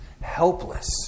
helpless